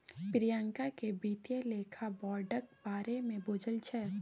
प्रियंका केँ बित्तीय लेखा बोर्डक बारे मे बुझल छै